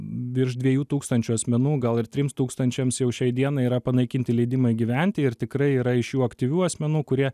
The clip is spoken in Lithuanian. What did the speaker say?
virš dviejų tūkstančių asmenų gal ir trims tūkstančiams jau šiai dienai yra panaikinti leidimai gyventi ir tikrai yra iš jų aktyvių asmenų kurie